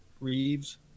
Reeves